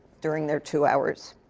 during their two hours.